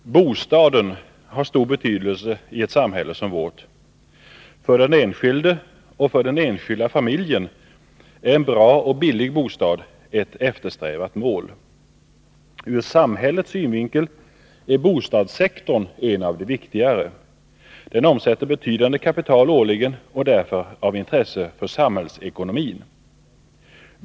Herr talman! Bostaden har stor betydelse i ett samhälle som vårt. För den enskilde och den enskilda familjen är en bra och billig bostad ett eftersträvat mål. Ur samhällets synvinkel är bostadssektorn en av de viktigare. Den omsätter betydande kapital årligen och är därför av intresse för samhällsekonomin.